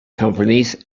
companies